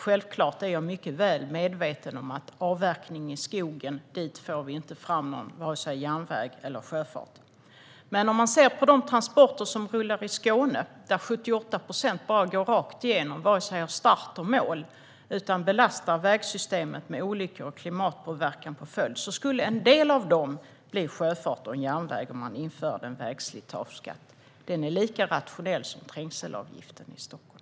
Självklart är jag mycket väl medveten om att vi inte får fram vare sig järnväg eller sjöfart till avverkning i skogen. Av de transporter som rullar i Skåne är det 78 procent som bara går rakt igenom Skåne. De har vare sig start eller mål där utan belastar vägsystemet, med olyckor och klimatpåverkan som följd. En del av dem skulle flyttas till sjöfart eller järnväg om man införde en vägslitageskatt. Denna skatt är lika rationell som trängselavgiften i Stockholm.